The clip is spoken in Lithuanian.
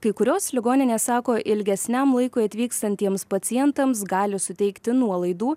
kai kurios ligoninės sako ilgesniam laikui atvykstantiems pacientams gali suteikti nuolaidų